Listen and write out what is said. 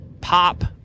Pop